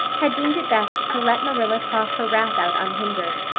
had deemed it best to let marilla talk her wrath out unhindered,